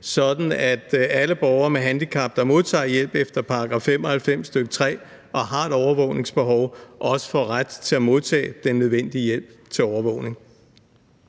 sådan at alle borgere med handicap, der modtager hjælp efter § 95, stk. 3, og har et overvågningsbehov, også får ret til at modtage den nødvendige hjælp til overvågning.